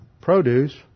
produce